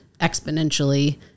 exponentially